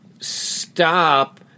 stop